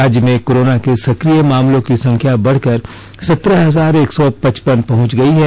राज्य में कोरोना के सक्रिय मामलों की संख्या बढ़कर सत्रह हजार एक सौ पचपन पहुंच गई है